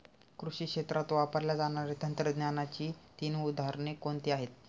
कृषी क्षेत्रात वापरल्या जाणाऱ्या तंत्रज्ञानाची तीन उदाहरणे कोणती आहेत?